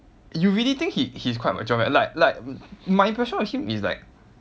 you really think he he's quite mature meh like like my impression of him is like